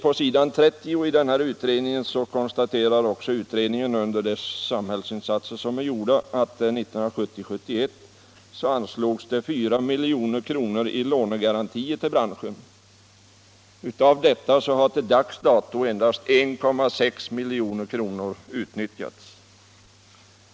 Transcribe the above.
På s. 30 konstaterar utredningen i en redogörelse för de samhällsinsatser som har gjorts, att det 1970/71 anslogs 4 milj.kr. i lånegarantier till branschen, men av detta har till dags dato endast 1,6 milj.kr. utnyttjats.